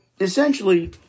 essentially